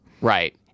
Right